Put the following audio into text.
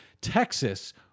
Texas